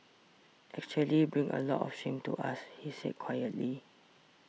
actually bring a lot of shame to us he said quietly